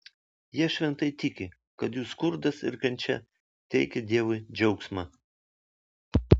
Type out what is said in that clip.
jie šventai tiki kad jų skurdas ir kančia teikia dievui džiaugsmą